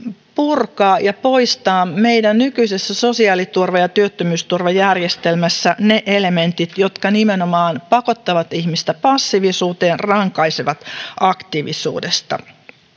purkaa ja poistaa meidän nykyisessä sosiaaliturva ja työttömyysturvajärjestelmässämme ne elementit jotka nimenomaan pakottavat ihmistä passiivisuuteen ja rankaisevat aktiivisuudesta